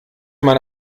man